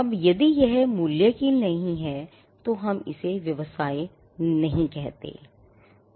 अब यदि यह मूल्य के लिए नहीं है तो हम इसे व्यवसाय नहीं कहते हैं